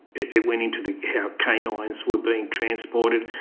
it it went into how canines were being transported.